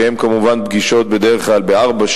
שהן כמובן פגישות בדרך כלל בארבע,